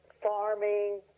farming